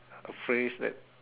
a phrase that